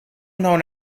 known